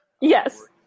Yes